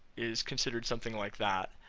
is considered something like that,